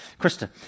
Krista